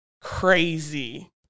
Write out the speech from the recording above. crazy